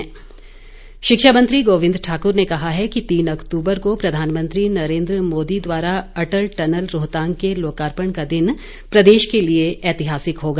गोविंद ठाकर शिक्षा मंत्री गोविंद ठाक्र ने कहा है कि तीन अक्तूबर को प्रधानमंत्री नरेंद्र मोदी द्वारा अटल टनल रोहतांग के लोकार्पण का दिन प्रदेश के लिये ऐतिहासिक होगा